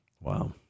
Wow